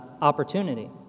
opportunity